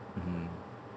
mm